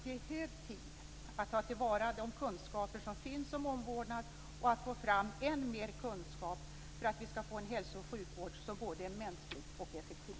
Det är hög tid att ta till vara de kunskaper som finns om omvårdnad och att få fram än mer kunskap för att vi skall få en hälso och sjukvård som både är mänsklig och effektiv.